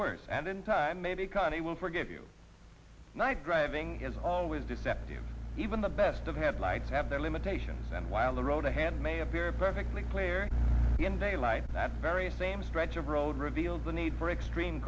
worse and in time maybe connie will forgive you night driving is always deceptive even the best of headlights have their limitations and while the road a hand may appear perfectly player in daylight that very same stretch of road reveals the need for extreme